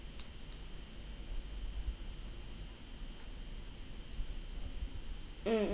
mm